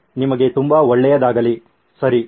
ನಿಮಗೆ ತುಂಬಾ ಒಳ್ಳೆಯದಾಗಲಿ ಸರಿ